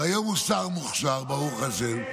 והיום הוא שר מוכשר ברוך השם.